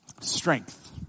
Strength